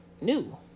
new